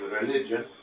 religion